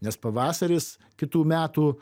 nes pavasaris kitų metų